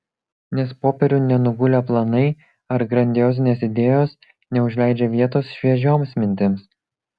nes popieriun nenugulę planai ar grandiozinės idėjos neužleidžia vietos šviežioms mintims